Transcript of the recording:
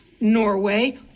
Norway